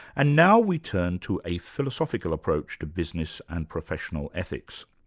and now we turn to a philosophical approach to business and professional ethics.